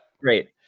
great